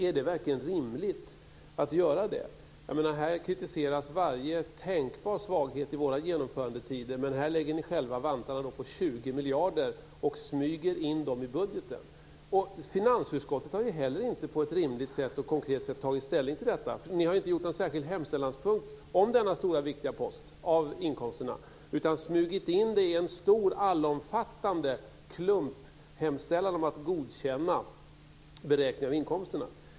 Är det verkligen rimligt att göra det? Här kritiseras varje tänkbar svaghet i våra genomförandetider, men här lägger ni själva vantarna på 20 miljarder och smyger in dem i budgeten. Finansutskottet har heller inte på ett rimligt och konkret sätt tagit ställning till detta, för ni har ju inte gjort någon särskild hemställanspunkt om denna stora och viktiga post av inkomsterna utan smugit in dem i en allomfattande klumphemställan om att godkänna beräkningarna av inkomsterna.